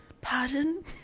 Pardon